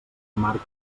marc